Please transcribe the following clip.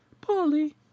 Polly